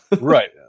right